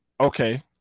okay